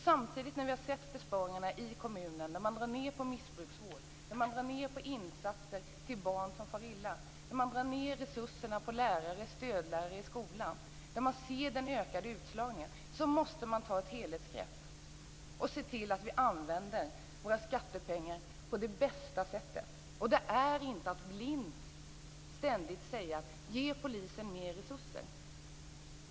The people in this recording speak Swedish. Samtidigt, när vi har sett besparingarna i kommunerna - man drar ned på missbruksvård, man drar ned på insatser till barn som far illa, man drar ned resurserna till lärare och stödlärare i skolan och man kan se den ökade utslagningen - så måste vi ta ett helhetsgrepp och se till att vi använder våra skattepengar på det bästa sättet, och det är inte att ständigt säga: Ge polisen mer resurser!